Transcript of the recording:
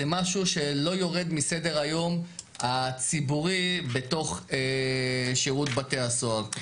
זה משהו שלא יורד מסדר-היום הציבורי בתוך שירות בתי הסוהר.